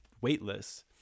weightless